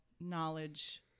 knowledge